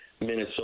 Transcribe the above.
Minnesota